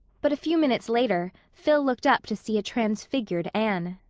but a few minutes later phil looked up to see a transfigured anne.